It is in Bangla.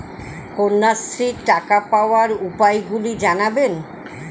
কন্যাশ্রীর টাকা পাওয়ার উপায়গুলি জানাবেন?